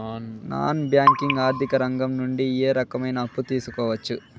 Non banking ఆర్థిక రంగం నుండి ఏ రకమైన అప్పు తీసుకోవచ్చు?